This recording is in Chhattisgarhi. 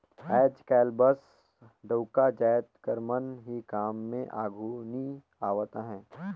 आएज काएल बस डउका जाएत कर मन ही काम में आघु नी आवत अहें